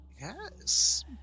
Yes